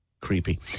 Creepy